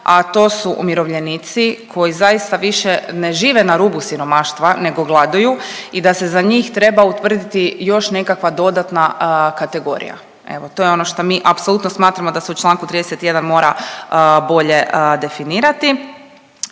a to su umirovljenici koji zaista više ne žive na rubu siromaštva nego gladuju i da se za njih treba utvrditi još nekakva dodatna kategorija. Evo to je ono što mi apsolutno smatramo da se u čl. 31. mora bolje definirati.